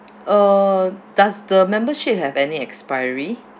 uh does the membership have any expiry